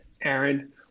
Aaron